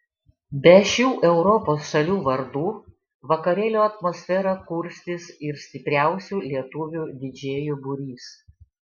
be šių europos šalių vardų vakarėlio atmosferą kurstys ir stipriausių lietuvių didžėjų būrys